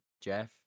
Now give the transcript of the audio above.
Jeff